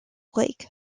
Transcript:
lake